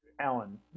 Alan